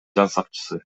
жансакчысы